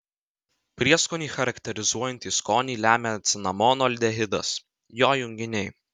prieskonį charakterizuojantį skonį lemia cinamono aldehidas jo junginiai